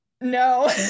No